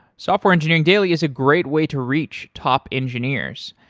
software engineering daily is a great way to reach top engineers.